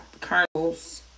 kernels